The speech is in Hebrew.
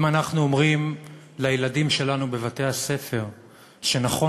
אם אנחנו אומרים לילדים שלנו בבתי-הספר שנכון